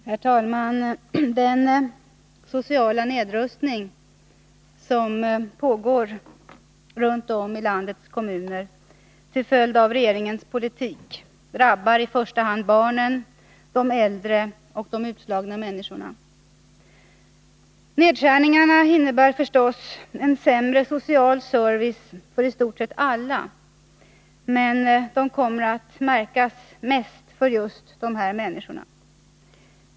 Herr talman! Den sociala nedrustning som pågår runt om i landets kommuner till följd av regeringens politik drabbar i första hand barnen, de äldre och de utslagna människorna. Nedskärningarna innebär förstås en sämre social service för i stort sett alla, men de kommer att märkas mest för just de här människorna.